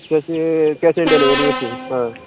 cash on delivery दिस हय